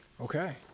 Okay